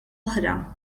oħra